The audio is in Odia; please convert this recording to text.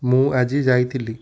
ମୁଁ ଆଜି ଯାଇଥିଲି